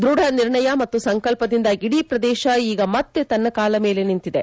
ದ್ಭಢ ನಿರ್ಣಯ ಮತ್ತು ಸಂಕಲ್ಪದಿಂದ ಇಡೀ ಪ್ರದೇಶ ಈಗ ಮತ್ತೆ ತನ್ನ ಕಾಲ ಮೇಲೆ ನಿಂತಿದೆ